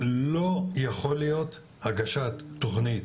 לא יכול להיות הגשת תוכנית